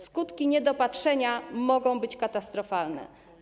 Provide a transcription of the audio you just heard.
Skutki niedopatrzenia mogą być katastrofalne.